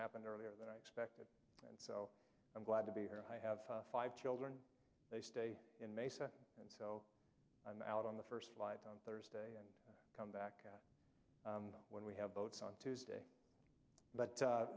happened earlier than i expected and so i'm glad to be here i have five children they stay in mesa and go out on the first live on thursday and come back when we have votes on tuesday but